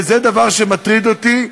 וזה דבר שמטריד אותי,